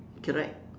correct